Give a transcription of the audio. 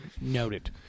Noted